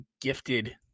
gifted